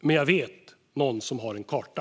Men jag vet någon som har en karta.